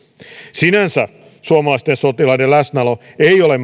sinänsä suomalaisten sotilaiden läsnäolo ei ole